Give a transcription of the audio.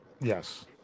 Yes